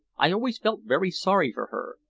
i always felt very sorry for her.